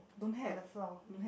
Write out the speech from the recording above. on the floor